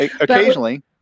Occasionally